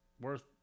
worth